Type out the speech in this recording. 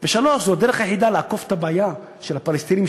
3. זו הדרך היחידה לעקוף את הבעיה של הפלסטינים,